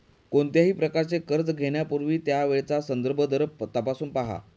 कोणत्याही प्रकारचे कर्ज घेण्यापूर्वी त्यावेळचा संदर्भ दर तपासून पहा